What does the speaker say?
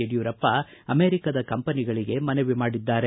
ಯಡಿಯೂರಪ್ಪ ಅಮೆರಿಕದ ಕಂಪನಿಗಳಿಗೆ ಮನವಿ ಮಾಡಿದ್ದಾರೆ